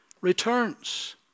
returns